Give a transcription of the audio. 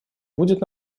будет